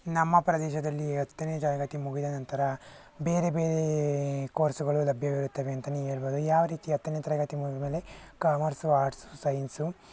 ನಮ್ಮ ಪ್ರದೇಶದಲ್ಲಿ ಅತ್ತನೇ ತರಗತಿ ಮುಗಿದ ನಂತರ ಬೇರೆ ಬೇರೆ ಕೋರ್ಸುಗಳು ಲಭ್ಯವಿರುತ್ತವೆ ಅಂತಲೇ ಹೇಳ್ಬೋದು ಯಾವ ರೀತಿ ಹತ್ತನೇ ತರಗತಿ ಮುಗಿದಮೇಲೆ ಕಾಮರ್ಸು ಆರ್ಟ್ಸು ಸೈನ್ಸು